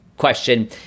question